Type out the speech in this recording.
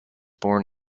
born